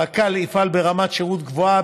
הרק"ל יפעל ברמת שירות גבוהה,